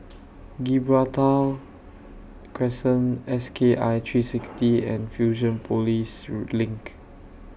Gibraltar Crescent S K I three sixty and Fusionopolis LINK